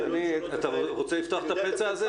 --- אתה רוצה לפתוח את הפצע הזה?